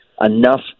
enough